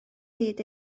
hyd